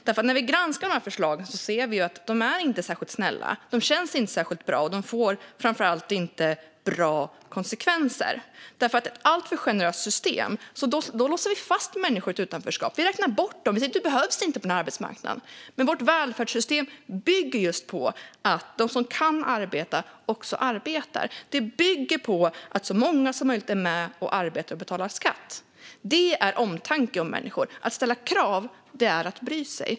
När vi granskar förslagen ser vi att de inte är särskilt snälla. De känns inte särskilt bra, och de får framför allt inte bra konsekvenser. Med ett alltför generöst system låser vi fast människor i ett utanförskap. Vi räknar bort dem och säger: Du behövs inte på arbetsmarknaden! Men vårt välfärdssystem bygger just på att de som kan arbeta också arbetar. Det bygger på att så många som möjligt är med och arbetar och betalar skatt. Det är omtanke om människor. Att ställa krav är att bry sig.